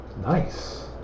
Nice